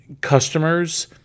Customers